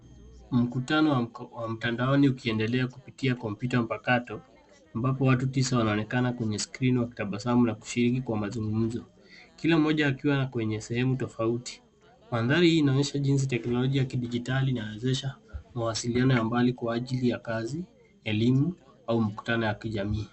Mkutano wa mtandaoni ukiendelea kupitia kompyuta mpakato, ambapo watu tisa wanaonekana kwenye skrini wakitabasamu na kushiriki kwa mazungumzo. Kila mmoja akiwa kwenye sehemu tofauti. Mandhari hii inaonyesha jinsi teknolojia ya kidijitali inawezesha mawasiliano ya mbali kwa ajili ya kazi, elimu au mikutano ya kijamii.